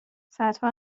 صدها